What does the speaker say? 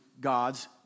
God's